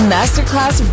Masterclass